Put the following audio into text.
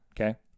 okay